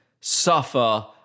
suffer